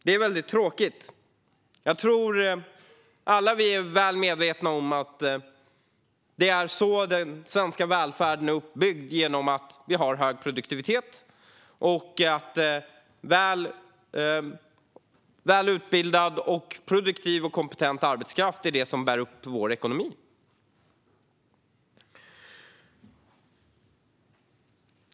Det är väldigt tråkigt. Jag tror att vi alla är väl medvetna om att den svenska välfärden är uppbyggd kring att vi har hög produktivitet och att väl utbildad, produktiv och kompetent arbetskraft är det som bär upp vår ekonomi.